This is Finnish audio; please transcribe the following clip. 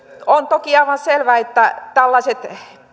on toki aivan selvää että tällaiset